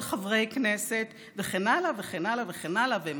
חברי כנסת וכן הלאה וכן הלאה וכן הלאה.